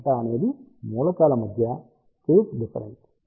δ అనేది ఈ మూలకాల మధ్య ఫేజ్ డిఫరెన్స్